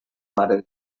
mare